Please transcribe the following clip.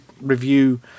review